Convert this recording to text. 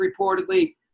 reportedly